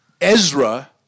Ezra